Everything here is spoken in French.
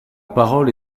parole